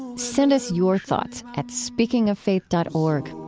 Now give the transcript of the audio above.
send us your thoughts at speakingoffaith dot org.